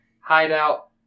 hideout